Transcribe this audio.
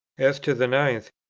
as to the ninth,